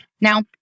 Now